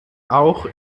auch